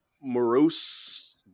morose